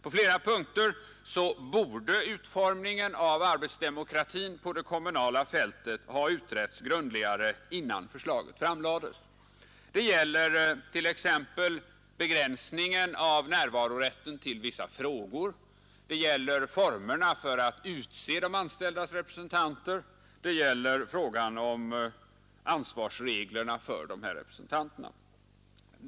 På flera punkter borde utformningen av arbetsdemokratin på det kommunala fältet ha utretts grundligare innan förslaget framlades. Det gäller t.ex. begränsningen av närvarorätten vid behandlingen av vissa frågor, det gäller formerna för att utse de anställdas representanter och det gäller frågan om ansvarsreglerna för representanterna.